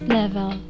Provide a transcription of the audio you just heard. level